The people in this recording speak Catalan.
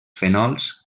fenols